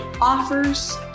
offers